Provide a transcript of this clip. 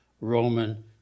Roman